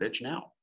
now